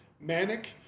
manic